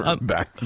Back